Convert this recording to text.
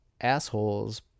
Assholes